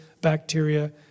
bacteria